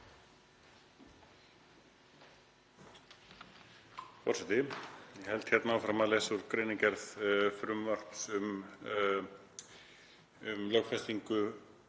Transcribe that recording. Forseti. Ég held hérna áfram að lesa úr greinargerð frumvarps um lögfestingu